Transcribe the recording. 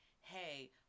hey